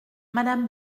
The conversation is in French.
madame